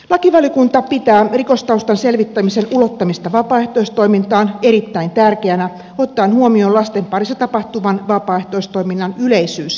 lakivaliokunta pitää rikostaustan selvittämisen ulottamista vapaaehtoistoimintaan erittäin tärkeänä ottaen huomioon lasten parissa tapahtuvan vapaaehtoistoiminnan yleisyyden ja laajuuden